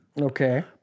Okay